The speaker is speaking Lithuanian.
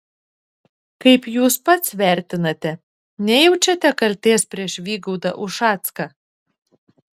kaip jūs pats vertinate nejaučiate kaltės prieš vygaudą ušacką